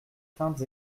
craintes